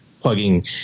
plugging